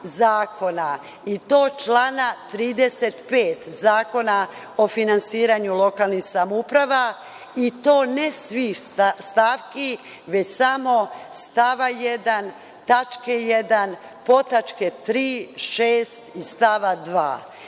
i to člana 35. Zakona o finansiranju lokalnih samouprava i to ne svih stavki, već samo stava 1. tačke 1. podtačke 3.6 i stava 2.